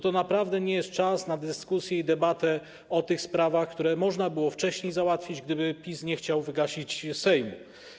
To naprawdę nie jest czas na dyskusję i debatę o tych sprawach, które można było wcześniej załatwić, gdyby PiS nie chciał wygasić Sejmu.